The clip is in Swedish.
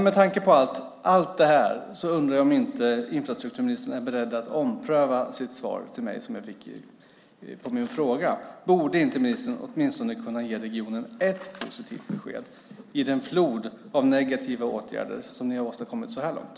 Med tanke på allt det här undrar jag om inte infrastrukturministern är beredd att ompröva sitt svar till mig som jag fick på min fråga. Borde inte ministern åtminstone kunna ge regionen ett positivt besked i den flod av negativa åtgärder som ni har åstadkommit så här långt?